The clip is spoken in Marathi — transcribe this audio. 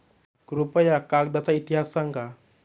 कृपया कागदाचा इतिहास सांगा